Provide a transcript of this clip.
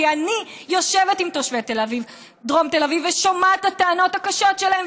כי אני יושבת עם תושבי דרום תל אביב ושומעת את הטענות הקשות שלהם,